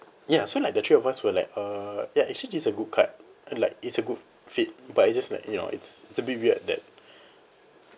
ya so like the three of us were like uh ya actually it's a good cut and like it's a good fit but it's just like you know it's it's a bit weird that